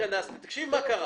תקשיב מה קרה